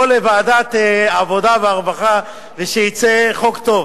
לוועדת העבודה והרווחה ושיצא חוק טוב,